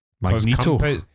Magneto